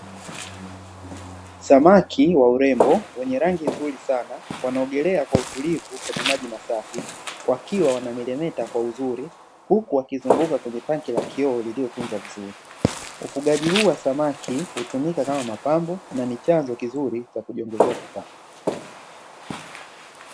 Samaki wa urembo, wenye rangi nzuri sana, wanaogelea kwa utulivu kwenye maji masafi, wakiwa wanameremeta kwa uzuri, huku wakizunguka kwenye tanki la kioo lililotunza vizuri. Ufugaji huu wa samaki hutumika kama mapambo na ni chanzo kizuri cha kujiongezea kipato.